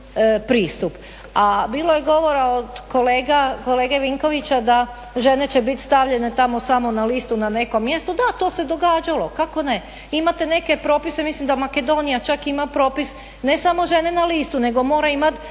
pristup, a bilo je govora od kolega, kolege Vinkovića da žene će biti stavljene tamo samo na listu na neko mjesto, da to se događalo, kako ne, imate neke propise, mislim da Makedonija čak ima propis ne samo žene na listu, nego mora imati